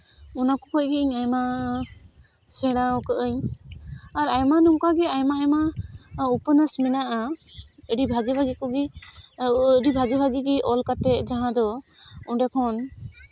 ᱚᱱᱟ ᱠᱚ ᱠᱷᱚᱡ ᱜᱮ ᱟᱭᱢᱟ ᱥᱮᱲᱟ ᱟᱠᱟᱫᱟᱹᱧ ᱟᱨ ᱟᱭᱢᱟ ᱱᱚᱝᱠᱟᱜᱮ ᱟᱭᱢᱟ ᱟᱭᱢᱟ ᱩᱯᱚᱱᱱᱟᱥ ᱢᱮᱱᱟᱜᱼᱟ ᱟᱹᱰᱤ ᱵᱷᱟᱜᱮ ᱵᱷᱟᱜᱮ ᱠᱚᱜᱮ ᱟᱹᱰᱤ ᱵᱷᱟᱜᱮ ᱵᱷᱟᱜᱮ ᱚᱞ ᱠᱟᱛᱮᱫ ᱡᱟᱦᱟᱸ ᱫᱚ ᱚᱸᱰᱮ ᱠᱷᱚᱱ